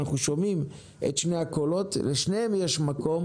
אנחנו שומעים את שני הקולות, לשניהם יש מקום.